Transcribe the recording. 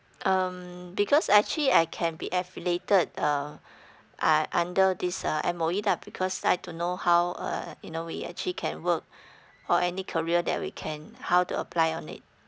um because actually I can be affiliated uh uh under this uh M_O_E lah because like to know how uh you know we actually can work or any career that we can how to apply on it